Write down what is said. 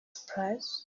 surprised